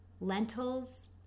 lentils